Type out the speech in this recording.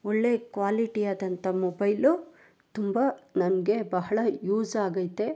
ಒಳ್ಳೆಯ ಕ್ವಾಲಿಟಿ ಆದಂಥ ಮೊಬೈಲು ತುಂಬ ನಮಗೆ ಬಹಳ ಯೂಸ್ ಆಗೈತೆ